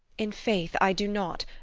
in faith, i do not.